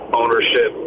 ownership